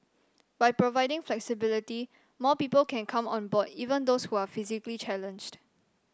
by providing flexibility more people can come on board even those who are physically challenged